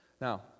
Now